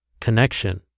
connection